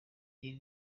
iyi